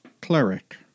cleric